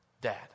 dad